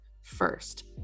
first